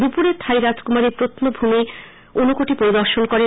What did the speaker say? দুপুরে খাই রাজকুমারী প্রভ্নভূমি উনকোটি পরিদর্শন করেন